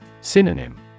Synonym